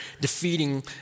defeating